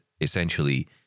essentially